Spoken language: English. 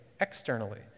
externally